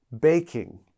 baking